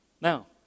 Now